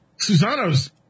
Susano's